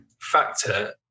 Factor